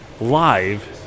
live